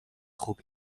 خوب